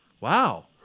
Wow